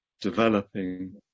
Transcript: developing